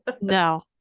No